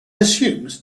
assumes